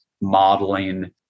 modeling